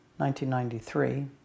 1993